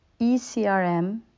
eCRM